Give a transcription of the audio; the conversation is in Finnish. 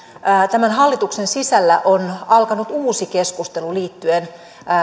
tämän hallituksen sisällä on alkanut uusi keskustelu liittyen